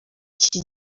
iki